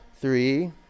Three